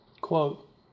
Quote